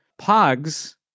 Pogs